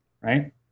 right